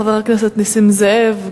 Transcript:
חבר הכנסת נסים זאב,